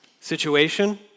situation